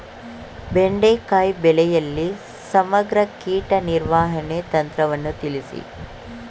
ಬೆಂಡೆಕಾಯಿ ಬೆಳೆಯಲ್ಲಿ ಸಮಗ್ರ ಕೀಟ ನಿರ್ವಹಣೆ ತಂತ್ರವನ್ನು ತಿಳಿಸಿ?